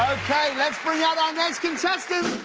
let's bring out our next contestant.